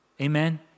Amen